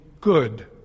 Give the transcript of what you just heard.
good